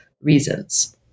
reasons